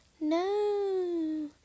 No